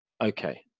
okay